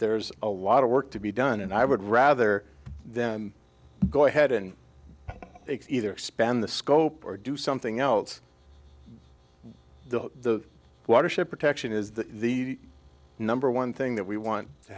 there's a lot of work to be done and i would rather then go ahead and it's either expand the scope or do something else the watershed protection is the number one thing that we want to